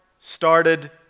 started